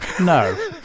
No